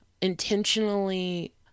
intentionally